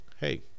hey